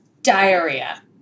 Diarrhea